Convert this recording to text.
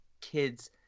kids